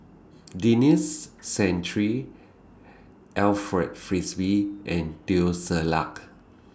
Denis Santry Alfred Frisby and Teo Ser Luck